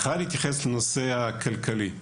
הנושא הכלכלי: